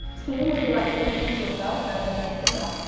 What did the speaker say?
team, would you like to introduce yourselves so everyone knows who you are?